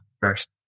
first